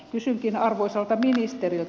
kysynkin arvoisalta ministeriltä